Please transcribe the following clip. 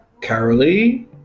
Carolee